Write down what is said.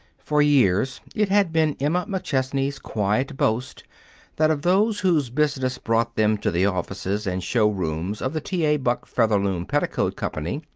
for years, it had been emma mcchesney's quiet boast that of those whose business brought them to the offices and showrooms of the t. a. buck featherloom petticoat company,